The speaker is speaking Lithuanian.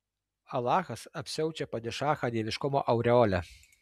alachas apsiaučia padišachą dieviškumo aureole